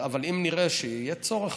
אבל אם נראה שיהיה צורך,